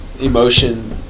emotion